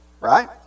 right